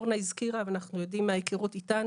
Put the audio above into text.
אורנה הזכירה את זה ואנחנו גם יודעים מההיכרות איתנו,